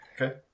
Okay